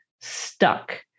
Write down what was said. stuck